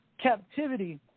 captivity